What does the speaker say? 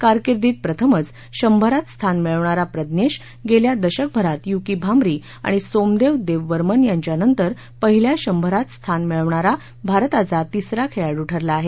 कारकिर्दीत प्रथमच शंभरात स्थान मिळवणारा प्रज्ञेश गेल्या दशकभरात युकी भांबरी आणि सोमदेव देववर्मन यांच्यानंतर पहिल्या शंभरात स्थान मिळवणारा भारताचा तिसरा खेळाडू ठरला आहे